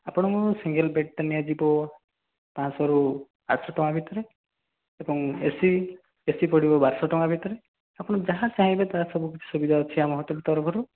ଆପଣଙ୍କ ସିଙ୍ଗଲ୍ ବେଡ଼ଟା ନିଆଯିବ ପାଞ୍ଚଶହରୁ ଆଠ ଶହ ଟଙ୍କା ଭିତରେ ଏବଂ ଏସି ଏସି ପଡ଼ିବ ବାରଶହ ଟଙ୍କା ଭିତରେ ଆପଣ ଯାହା ଚାହିଁବେ ତାହା ସବୁ ସୁବିଧା ଅଛି ଆମ ହୋଟେଲ ତରଫରୁ